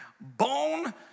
Bone